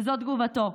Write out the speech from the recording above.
וזאת תגובתו: